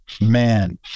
man